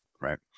Right